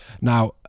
now